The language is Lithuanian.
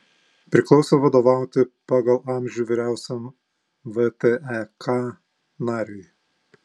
priklauso vadovauti pagal amžių vyriausiam vtek nariui